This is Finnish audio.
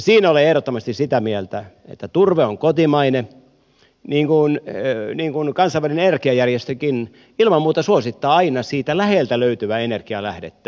siinä olen ehdottomasti sitä mieltä että turve on kotimainen niin kuin kansainvälinen energiajärjestökin ilman muuta suosittaa aina siitä läheltä löytyvää energialähdettä